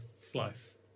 slice